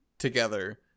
together